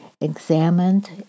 examined